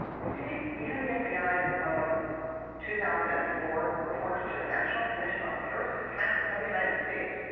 indeed, even the fbi's own two thousand and four report to the national commission on terrorist attacks upon the united states,